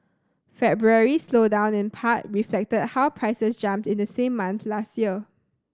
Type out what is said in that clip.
February's slowdown in part reflected how prices jumped in the same month last year